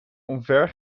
omver